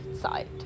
side